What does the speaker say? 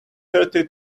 thirty